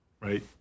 right